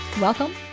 Welcome